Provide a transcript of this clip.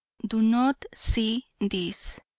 do not see this.